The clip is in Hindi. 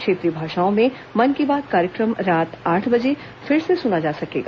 क्षेत्रीय भाषाओं में मन की बात कार्यक्रम रात आठ बजे फिर से सुना जा सकेगा